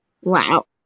Wow